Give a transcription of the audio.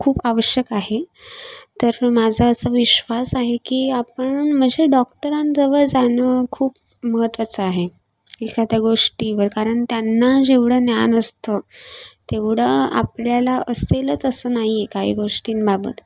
खूप आवश्यक आहे तर माझा असा विश्वास आहे की आपण म्हणजे डॉक्टरांजवळ जाणं खूप महत्वाचं आहे एखाद्या गोष्टीवर कारण त्यांना जेवढं ज्ञान असतं तेवढं आपल्याला असेलच असं नाही आहे काही गोष्टींबाबत